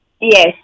Yes